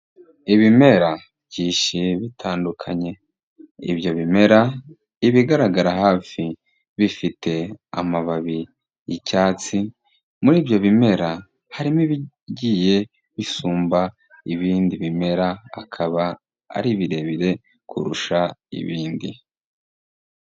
Ibimera bigiye bitandukanye, ibyo bimera, ibigaragara hafi bifite amababi yicyatsi, muri ibyo bimera harimo ibigiye bisumba ibindi, ibindi bimera akaba ari birebire kurusha ibindi.